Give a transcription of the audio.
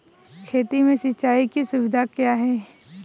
खेती में सिंचाई की सुविधा क्या है?